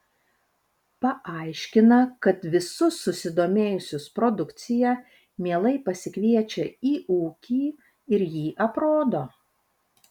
paaiškina kad visus susidomėjusius produkcija mielai pasikviečia į ūkį ir jį aprodo